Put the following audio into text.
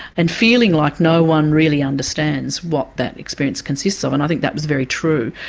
and feeling like no one really understands what that experience consists of and i think that was very true.